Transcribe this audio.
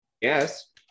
yes